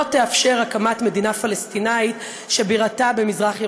לא תאפשר הקמת מדינה פלסטינית שבירתה במזרח ירושלים.